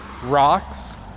Rocks